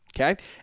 okay